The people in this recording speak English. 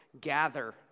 gather